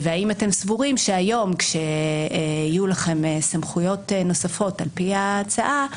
והאם אתם סבורים שכשיהיו לכם סמכויות נוספות על-פי ההצעה,